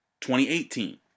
2018